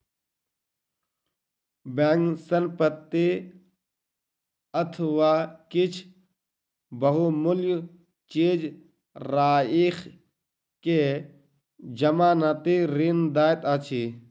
bank संपत्ति अथवा किछ बहुमूल्य चीज राइख के जमानती ऋण दैत अछि